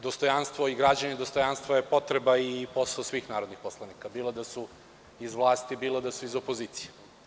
Dostojanstvo i građenje dostojanstva je potreba i posao svih narodnih poslanika, bilo da su iz vlasti, bilo da su iz opozicije.